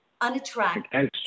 unattractive